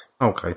Okay